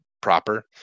proper